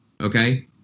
okay